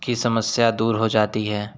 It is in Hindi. की समस्या दूर हो जाती है